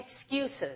excuses